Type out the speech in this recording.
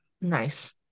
Nice